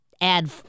add